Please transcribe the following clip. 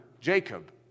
Jacob